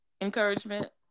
Encouragement